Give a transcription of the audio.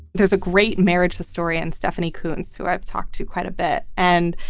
there's a great marriage historian stephanie coontz, who i've talked to quite a bit and,